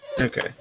Okay